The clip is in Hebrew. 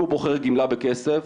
אם הוא בוחר גמלה בכסף,